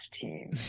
team